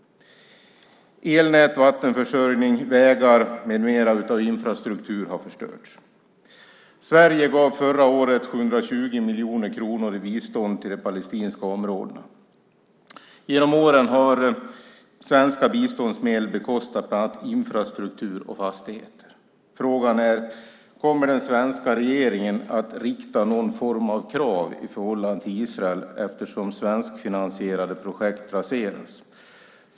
Elnät, vattenförsörjning, vägar med mera av infrastruktur har förstörts. Sverige gav förra året 720 miljoner kronor i bistånd till de palestinska områdena. Genom åren har svenska biståndsmedel bekostat bland annat infrastruktur och fastigheter. Frågan är: Kommer den svenska regeringen att rikta någon form av krav i förhållande till Israel eftersom svenskfinansierade projekt raserats?